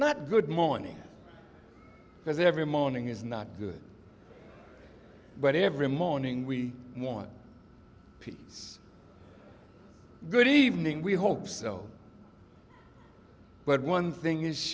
not good morning because every morning is not good but every morning we want peace good evening we hope so but one thing is